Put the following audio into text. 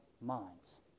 minds